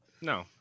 No